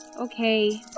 Okay